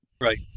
Right